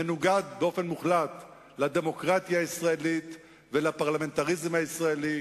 מנוגד באופן מוחלט לדמוקרטיה הישראלית ולפרלמנטריזם הישראלי,